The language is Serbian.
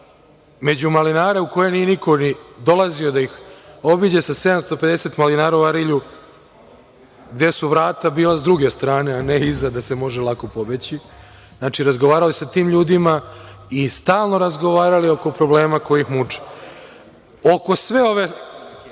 među malinare, koje niko nije dolazio da ih obiđe sa 750 malinara u Arilju, gde su vrata bila s druge strane, a ne iza, da se može lako pobeći. Znači, razgovarao je sa tim ljudima, i stalno razgovarali oko problema koji ih muče. Oko sve ove